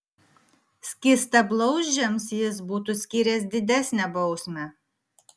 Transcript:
skystablauzdžiams jis būtų skyręs didesnę bausmę